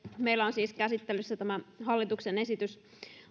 meillä on siis käsittelyssä tämä hallituksen esitys